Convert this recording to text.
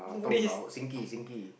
talk about Sinki Sinki